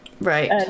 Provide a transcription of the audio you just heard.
Right